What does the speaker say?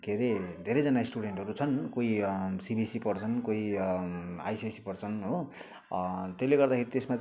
के अरे धेरैजना स्टुडेन्टहरू छन् कोही सिबिएससी पढ्छन् कोही आइसिएसई पढ्छन् हो त्यसले गर्दाखेरि त्यसमा चाहिँ